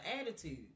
attitude